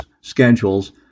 schedules